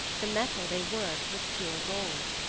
the metal they worked was pure gold.